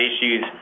issues